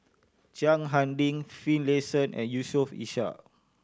Chiang Hai Ding Finlayson and Yusof Ishak